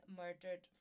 murdered